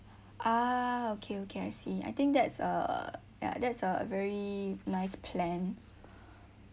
ah okay okay I see I think that's a that's a very nice plan